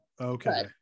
Okay